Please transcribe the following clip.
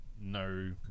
no